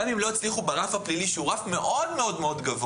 גם אם לא הצליחו ברף הפלילי שהוא רף מאוד גבוה,